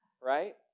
right